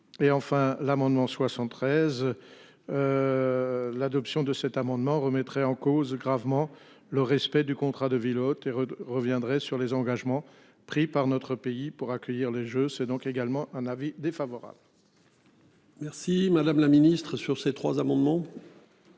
Et enfin l'amendement 73. L'adoption de cet amendement remettrait en cause gravement le respect du contrat de ville hôte et reviendrait sur les engagements pris par notre pays pour accueillir les Jeux, c'est donc également un avis défavorable. Merci, madame la Ministre, sur ces trois amendements.